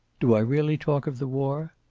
do i really talk of the war?